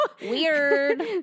Weird